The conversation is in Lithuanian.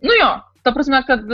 nu jo ta prasme kad